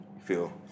feel